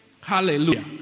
Hallelujah